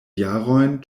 jarojn